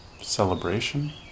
celebration